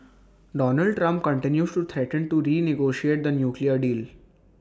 Donald Trump continues to threaten to did renegotiate the nuclear deal